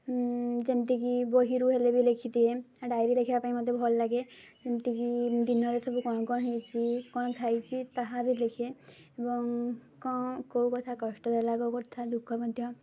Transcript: ଯେମିତିକି ବହିରୁ ହେଲେ ବି ଲେଖିଦିଏ ଡାଏରୀ ଲେଖିବା ପାଇଁ ମୋତେ ଭଲ ଲାଗେ ଯେମିତିକି ଦିନରେ ସବୁ କ'ଣ କ'ଣ ହେଇଚି କଣ ଖାଇଛି ତାହା ବି ଲେଖେ ଏବଂ କ'ଣ କେଉଁ କଥା କଷ୍ଟ ଦେଲା କେଉଁ କଥା ଦୁଃଖ ମଧ୍ୟ